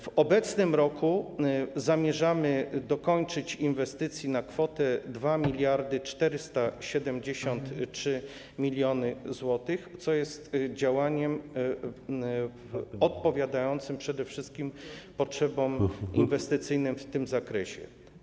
W obecnym roku zamierzamy dokończyć inwestycje na kwotę 2473 mln zł, co jest działaniem odpowiadającym przede wszystkim potrzebom inwestycyjnym w tym zakresie.